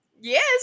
yes